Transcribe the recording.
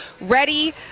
ready